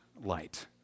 light